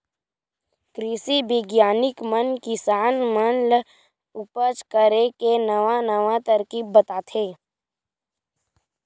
कृषि बिग्यानिक मन किसान मन ल उपज करे के नवा नवा तरकीब बताथे